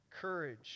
courage